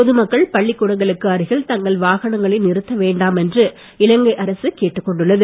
பொதுமக்கள் பள்ளிக்கூடங்களுக்கு அருகில் தங்கள் வாகனங்களை நிறுத்த வேண்டாம் என்று இலங்கை அரசு கேட்டுக்கொண்டுள்ளது